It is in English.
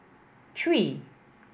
three